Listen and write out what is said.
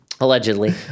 Allegedly